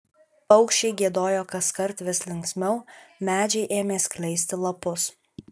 paukščiai giedojo kaskart vis linksmiau medžiai ėmė skleisti lapus